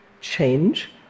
change